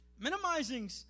Minimizing